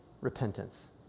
repentance